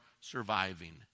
surviving